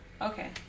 Okay